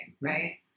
right